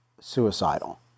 suicidal